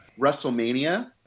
WrestleMania